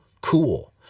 cool